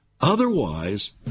Otherwise